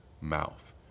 mouth